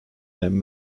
than